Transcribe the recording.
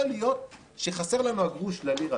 יכול להיות שחסר לנו הגרוש ללירה,